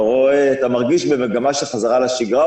אתה מרגיש במגמה של חזרה לשגרה.